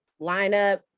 lineup